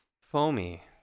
Foamy